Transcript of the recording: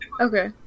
okay